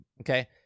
Okay